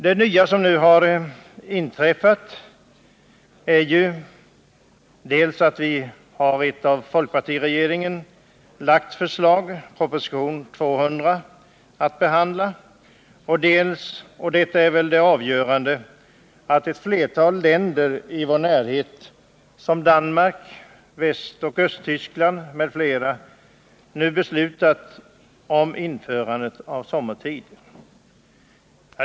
Det nya som nu har inträffat är ju dels att vi har ett av folkpartiregeringen framlagt förslag, propositionen 200, att behandla, dels, och detta är väl det avgörande, att ett flertal länder i vår närhet — Danmark, Västoch Östtyskland m.fl. — nu beslutat om införande av sommartid.